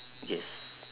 yes